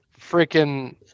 freaking